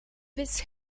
this